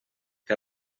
que